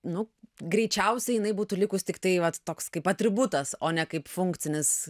nu greičiausiai jinai būtų likus tiktai vat toks kaip atributas o ne kaip funkcinis